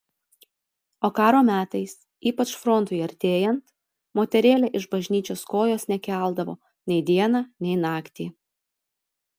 o karo metais ypač frontui artėjant moterėlė iš bažnyčios kojos nekeldavo nei dieną nei naktį